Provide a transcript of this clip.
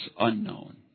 unknown